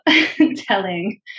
telling